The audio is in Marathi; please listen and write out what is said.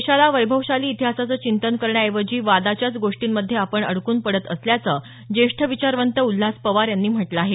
देशाला वैभवशाली इतिहासाचं चिंतन करण्याऐवजी वादाच्याच गोष्टींमध्ये आपण अडकून पडत असल्याचं ज्येष्ठ विचाखंत उल्हास पवार यांनी म्हटलं आहे